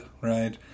right